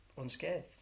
unscathed